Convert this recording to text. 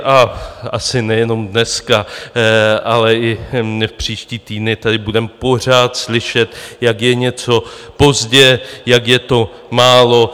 A asi nejenom dneska, ale i příští týdny tady budeme pořád slyšet, jak je něco pozdě, jak je to málo.